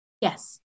Yes